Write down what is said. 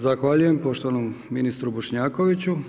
Zahvaljujem poštovanom ministru Bošnjakoviću.